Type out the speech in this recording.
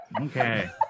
Okay